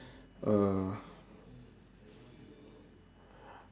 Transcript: uh